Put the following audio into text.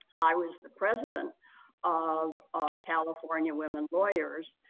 i was the president of california women lawyers,